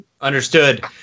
Understood